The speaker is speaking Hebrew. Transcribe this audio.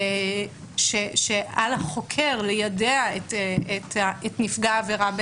שעל החוקר ליידע את נפגע העבירה,